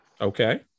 Okay